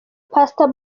pastor